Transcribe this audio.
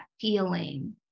feeling